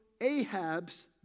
Ahab's